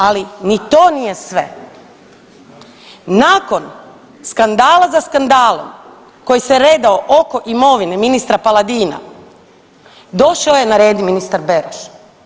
Ali ni to nije sve, nakon skandala za skandalom koji se redao oko imovine ministra Paladina došao je na red i ministar Beroš.